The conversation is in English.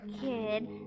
kid